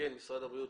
משרד הבריאות.